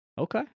Okay